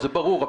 זה ברור.